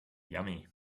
yummy